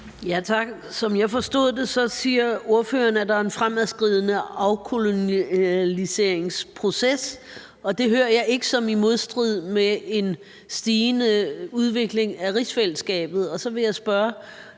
: Tak. Som jeg forstod det, siger ordføreren, at der er en fremadskridende afkoloniseringsproces, og det hører jeg ikke som værende i modstrid med en voksende udvikling af rigsfællesskabet. Så jeg vil spørge,